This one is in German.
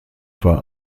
war